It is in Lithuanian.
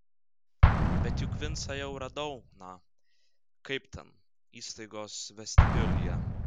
bet juk vincą jau radau na kaip ten įstaigos vestibiulyje